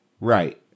Right